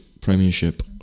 Premiership